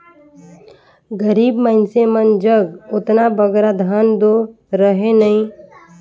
गरीब मइनसे मन जग ओतना बगरा धन दो रहें नई